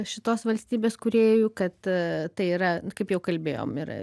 šitos valstybės kūrėjų kad tai yra kaip jau kalbėjom ir